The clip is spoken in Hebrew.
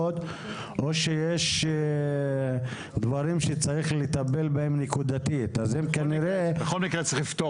או שיש דברים שצריך לטפל בהם נקודתית --- בכל מקרה צריך לפתור.